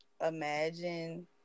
Imagine